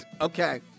Okay